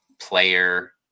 player